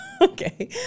Okay